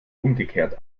umgekehrt